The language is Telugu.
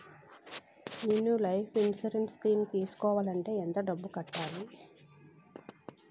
నేను లైఫ్ ఇన్సురెన్స్ స్కీం తీసుకోవాలంటే ఎంత డబ్బు కట్టాలి?